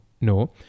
no